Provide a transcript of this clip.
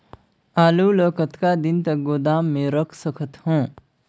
आलू ल कतका दिन तक गोदाम मे रख सकथ हों?